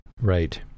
Right